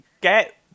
get